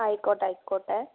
ആയിക്കോട്ട് ആയിക്കോട്ടെ